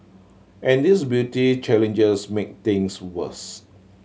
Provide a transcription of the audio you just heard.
and these beauty challenges make things worse